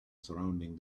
surrounding